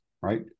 right